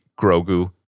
Grogu